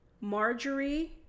Marjorie